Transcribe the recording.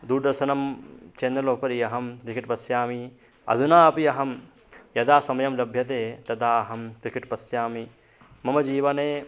दूरदर्शनं चेनल् उपरि अहं क्रिकेट् पश्यामि अधुना अपि अहं यदा समयं लभ्यते तदा अहं क्रिकेट् पश्यामि मम जीवने